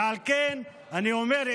ועל כן אני אומר,